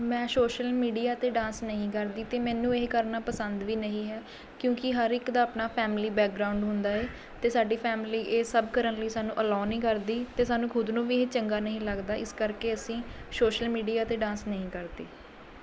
ਮੈਂ social media 'ਤੇ dance ਨਹੀਂ ਕਰਦੀ ਅਤੇ ਮੈਨੂੰ ਇਹ ਕਰਨਾ ਪਸੰਦ ਵੀ ਨਹੀਂ ਹੈ ਕਿਉਂਕਿ ਹਰ ਇੱਕ ਦਾ ਆਪਣਾ ਫੈਮਿਲੀ ਬੈਕਗ੍ਰਾਊਂਡ ਹੁੰਦਾ ਏ ਅਤੇ ਸਾਡੀ ਫੈਮਿਲੀ ਇਹ ਸਭ ਕਰਨ ਲਈ ਸਾਨੂੰ ਅਲਾਓ ਨਹੀਂ ਕਰਦੀ ਅਤੇ ਸਾਨੂੰ ਖ਼ੁਦ ਨੂੰ ਵੀ ਇਹ ਚੰਗਾ ਨਹੀਂ ਲੱਗਦਾ ਇਸ ਕਰਕੇ ਅਸੀਂ ਸ਼ੋਸ਼ਲ ਮੀਡੀਆ 'ਤੇ ਡਾਂਸ ਨਹੀਂ ਕਰਦੇ